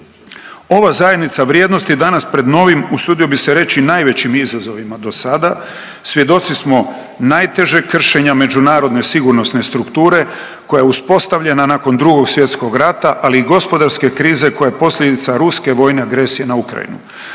Ova zajednica vrijednosti je danas pred novim usudio bi se reći najvećim izazovima dosada. Svjedoci smo najtežeg kršenje međunarodne sigurnosne strukture koja je uspostavljena nakon Drugo svjetskog rata, ali i gospodarske krize koja je posljedica ruske vojne agresije na Ukrajinu.